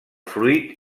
fruit